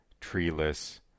treeless